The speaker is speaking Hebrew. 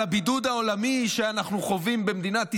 על הבידוד העולמי שאנחנו חווים במדינת ישראל,